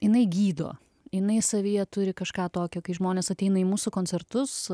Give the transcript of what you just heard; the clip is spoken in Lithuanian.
jinai gydo jinai savyje turi kažką tokio kai žmonės ateina į mūsų koncertus